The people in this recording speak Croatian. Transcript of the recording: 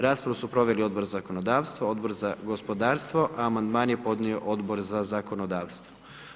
Raspravu su proveli Odbor za zakonodavstvo, Odbor za gospodarstvo, a amandman je podnio Odbor za zakonodavstvo.